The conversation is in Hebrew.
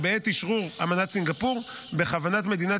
שבעת אשרור אמנת סינגפור בכוונת מדינת